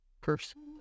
person